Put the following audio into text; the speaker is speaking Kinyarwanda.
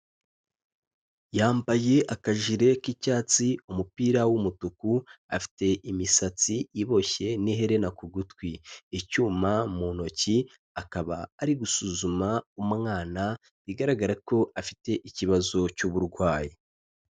Yambaye akajire k'icyatsi, umupira w'umutuku, afite imisatsi iboshye n'iherena ku gutwi, icyuma mu ntoki, akaba ari gusuzuma umwana, bigaragara ko afite ikibazo cy'uburwayi.